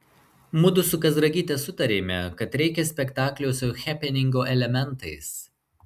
mudu su kazragyte sutarėme kad reikia spektaklio su hepeningo elementais